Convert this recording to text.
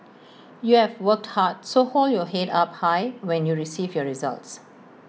you've work hard so hold your Head up high when you receive your results